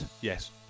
Yes